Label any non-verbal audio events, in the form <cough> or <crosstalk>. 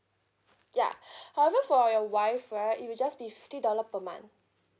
yeah <breath> however for your wife right it will just be fifty dollar per month